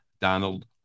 donald